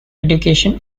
education